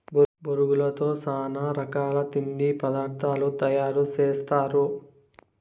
బొరుగులతో చానా రకాల తిండి పదార్థాలు తయారు సేస్తారు